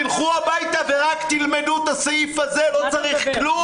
תלכו הביתה ורק תלמדו את הסעיף הזה, לא צריך כלום.